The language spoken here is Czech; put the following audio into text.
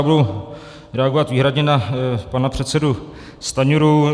Já budu reagovat výhradně na pana předsedu Stanjuru.